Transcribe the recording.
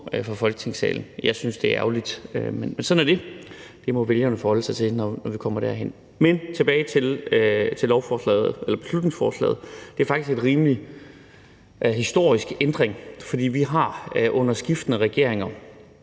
fra Folketingssalen. Jeg synes, det er ærgerligt, men sådan er det. Det må vælgerne forholde sig til, når vi kommer dertil. Men tilbage til beslutningsforslaget: Det er faktisk en rimelig historisk ændring. For vi har under skiftende regeringer,